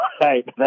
Right